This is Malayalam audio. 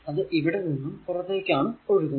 അത് ഇവിടെ നിന്നും പുറത്തേക്കാണ് ഒഴുകുന്നത്